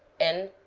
and,